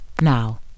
Now